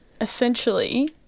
essentially